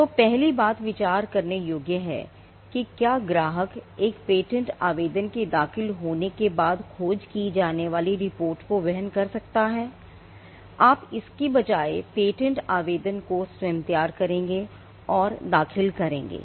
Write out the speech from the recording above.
तो पहली बात विचार करने योग्य है कि क्या ग्राहक एक पेटेंट आवेदन के दाखिल होने के बाद खोज की जाने वाली रिपोर्ट को वहन कर सकता है आप इसके बजाय पेटेंट आवेदन को स्वयं तैयार करेंगे और दाखिल करेंगे